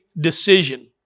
decision